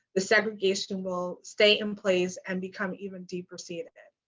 the segregation will stay in place and become even deeper seated.